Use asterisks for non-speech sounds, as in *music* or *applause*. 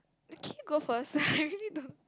can you go first *laughs* I really don't